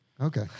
Okay